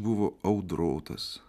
buvo audrotas